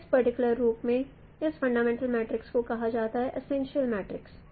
इस पर्टिकुलर रूप में इस फंडामेंटल मैट्रिक्स को कहा जाता है एसेंशियल मैट्रिक्स